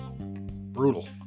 Brutal